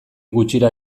gutxira